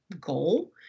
goal